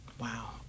Wow